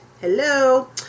Hello